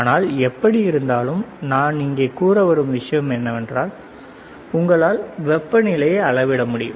ஆனால் எப்படியிருந்தாலும் நான் இங்கே கூறவரும் விஷயம் என்னவென்றால் உங்களால் வெப்பநிலையையும் அளவிட முடியும்